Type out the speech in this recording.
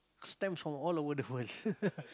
stamps from all over the world